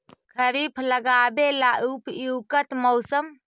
खरिफ लगाबे ला उपयुकत मौसम?